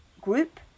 group